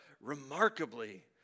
remarkably